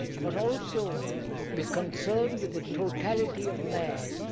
but also be concerned with the totality of man